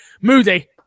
Moody